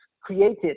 created